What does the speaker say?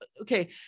Okay